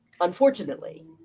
unfortunately